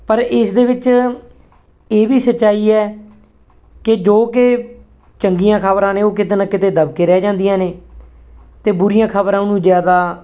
ਪਰ ਇਸ ਦੇ ਵਿੱਚ ਇਹ ਵੀ ਸੱਚਾਈ ਹੈ ਕਿ ਜੋ ਕਿ ਚੰਗੀਆਂ ਖ਼ਬਰਾਂ ਨੇ ਉਹ ਕਿਤੇ ਨਾ ਕਿਤੇ ਦਬ ਕੇ ਰਹਿ ਜਾਂਦੀਆਂ ਨੇ ਅਤੇ ਬੁਰੀਆਂ ਖ਼ਬਰਾਂ ਉਹਨੂੰ ਜ਼ਿਆਦਾ